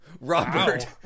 Robert